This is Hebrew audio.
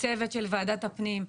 לצוות של ועדת הפנים.